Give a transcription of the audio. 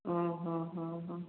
ହଁ ହଁ ହଁ ହଁ